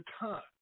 time